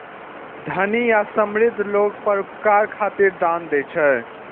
धनी आ समृद्ध लोग परोपकार खातिर दान दै छै